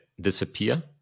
disappear